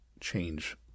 change